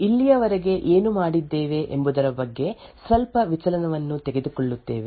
ನಾವು ಇಲ್ಲಿಯವರೆಗೆ ಏನು ಮಾಡಿದ್ದೇವೆ ಎಂಬುದರ ಬಗ್ಗೆ ಸ್ವಲ್ಪ ವಿಚಲನವನ್ನು ತೆಗೆದುಕೊಳ್ಳುತ್ತೇವೆ